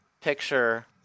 picture